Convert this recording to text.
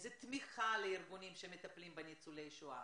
איזה תמיכה בארגונים שמטפלים בניצולי שואה.